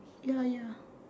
ya ya